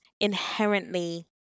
inherently